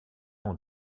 noms